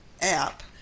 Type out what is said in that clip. app